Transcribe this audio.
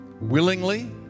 willingly